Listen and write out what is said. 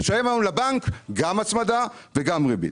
לשלם היום לבנק גם הצמדה וגם ריבית.